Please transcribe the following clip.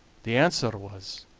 the answer was